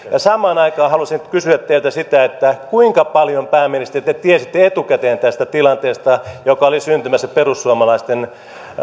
samaan aikaan haluaisin kysyä teiltä sitä kuinka paljon pääministeri te te tiesitte etukäteen tästä tilanteesta joka oli syntymässä perussuomalaisten